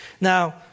Now